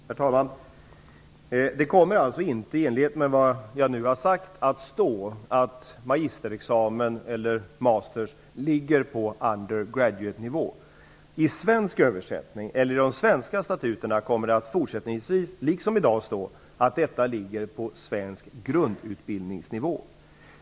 Herr talman! Det kommer alltså inte, i enlighet med det jag nu har sagt, att stå att magisterexamen eller masters ligger på undergraduatenivå. I de svenska statuterna kommer det att fortsättningsvis liksom i dag stå att detta ligger på svensk grundutbildningsnivå.